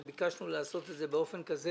וביקשנו לעשות את זה באופן כזה